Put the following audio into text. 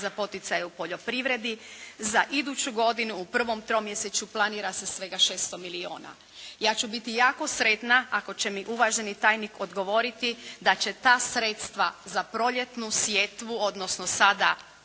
za poticaje u poljoprivredi, za iduću godinu u prvom tromjesečju planira se svega 600 milijuna. Ja ću biti jako sretna ako će mi uvaženi tajnik odgovoriti da će ta sredstva za proljetnu sjetvu odnosno sada